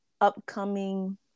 upcoming